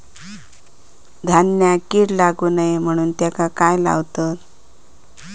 धान्यांका कीड लागू नये म्हणून त्याका काय लावतत?